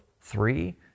three